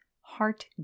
heart